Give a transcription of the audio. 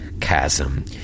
chasm